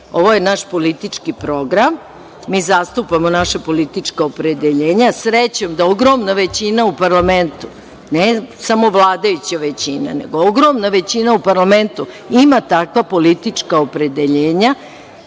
Ovo je naš politički program. Mi zastupamo naša politička opredeljenja. Srećom da ogromna većina u parlamentu, ne samo vladajuća većina, nego ogromna većina u parlamentu ima takva politička opredeljenja